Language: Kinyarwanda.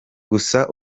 gusa